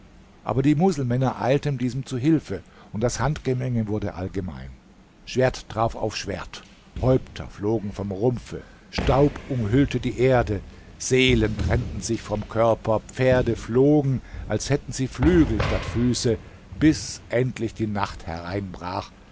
aber die muselmänner eilten diesem zu hilfe und das handgemenge wurde allgemein schwert traf auf schwert häupter flogen vom rumpfe staub umhüllte die erde seelen trennten sich vom körper pferde flogen als hätten sie flügel statt füße bis endlich die nacht heranbrach